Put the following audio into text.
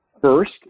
first